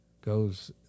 goes